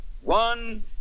one